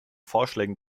vorschlägen